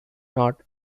not